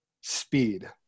speed